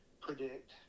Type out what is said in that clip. predict